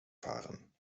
fahren